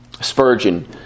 Spurgeon